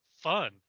fun